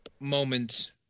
moment